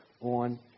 on